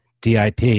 DIP